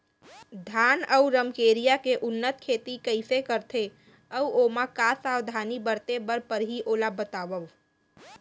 धान अऊ रमकेरिया के उन्नत खेती कइसे करथे अऊ ओमा का का सावधानी बरते बर परहि ओला बतावव?